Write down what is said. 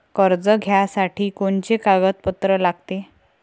कर्ज घ्यासाठी कोनचे कागदपत्र लागते?